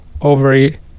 ovary